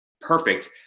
perfect